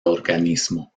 organismo